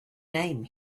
name